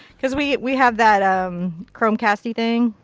because we we have that um chromecasty thing.